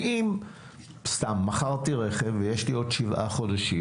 כי אם מכרתי רכב ויש לי עוד 7 חודשים,